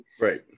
Right